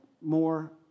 more